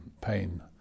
pain